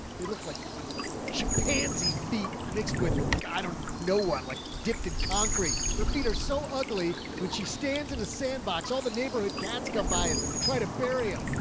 they look like chimpanzee feet mixed with god. i don't know what, like dipped in concrete, her feet are so ugly when she stands in a sandbox. all the neighborhood cats come by and try to bury him.